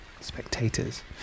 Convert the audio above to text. spectators